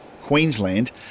Queensland